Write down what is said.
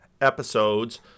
episodes